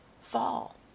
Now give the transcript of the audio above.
fall